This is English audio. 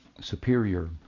superior